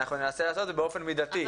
ננסה לעשות את זה באופן מידתי.